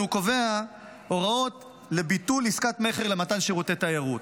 קובע הוראות לביטול עסקת מכר למתן שירותי תיירות.